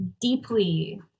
deeply